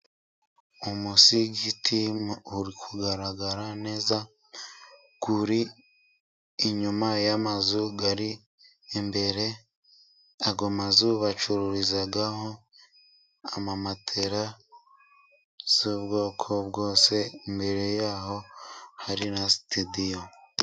Umusigiti uri kugaragara neza, uri inyuma y'amazu ari imbere, ayo mazu bacururizaho amamatera y'ubwoko bwose imbere yaho hari na sitidiyo.